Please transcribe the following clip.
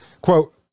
quote